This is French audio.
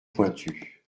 pointu